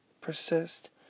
persist